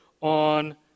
on